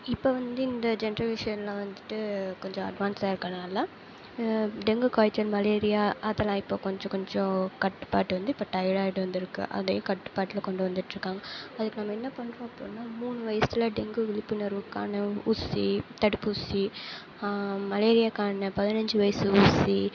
இப்போ வந்து இந்த ஜென்ரஷன்ல வந்துவிட்டு கொஞ்சம் அட்வான்ஸாக இருக்கனால டெங்கு காய்ச்சல் மலேரியா அதெல்லாம் இப்போது கொஞ்சம் கொஞ்சம் கட்டுப்பாட்டு வந்து இப்போ டையடாயிட்டு வந்திருக்கு அதே கட்டுப்பாட்டில் கொண்டு வந்துட்டுருக்காங்க அதுக்கு நம்ம என்ன பண்ணுறோம் அப்பிடின்னா மூணு வயசுல டெங்கு விழிப்புணர்வுக்கான ஊசி தடுப்பூசி மலேரியாக்கான பதினஞ்சு வயசு ஊசி